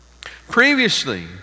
previously